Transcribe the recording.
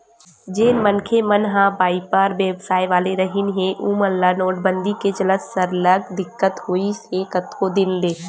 जेन मनखे मन ह बइपार बेवसाय वाले रिहिन हे ओमन ल नोटबंदी के चलत सरलग दिक्कत होइस हे कतको दिन ले